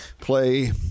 play